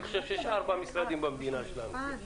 חושב שיש ארבעה משרדים במדינה שלנו,